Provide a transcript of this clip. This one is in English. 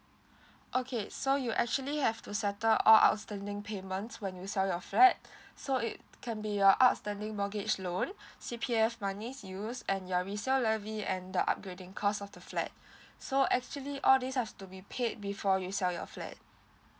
okay so you actually have to settle all outstanding payments when you sell your flat so it can be your outstanding mortgage loan C_P_F money use and your resell levy and the upgrading cost of the flat so actually all these have to be paid before you sell your flat